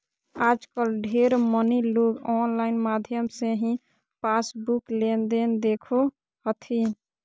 आजकल ढेर मनी लोग आनलाइन माध्यम से ही पासबुक लेनदेन देखो हथिन